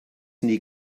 nie